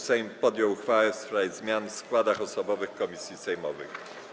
Sejm podjął uchwałę w sprawie zmian w składach osobowych komisji sejmowych.